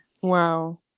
Wow